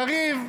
קריב,